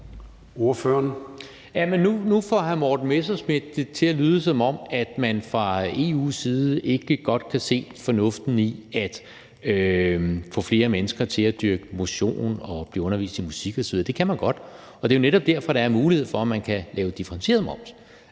nu får hr. Morten Messerschmidt det til at lyde, som om man fra EU's side ikke godt kan se fornuften i at få flere mennesker til at dyrke motion og blive undervist i musik osv. Det kan man godt, og det er jo netop derfor, der er en mulighed for, at man kan lave differentieret moms,